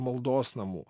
maldos namų